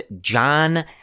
John